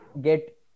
get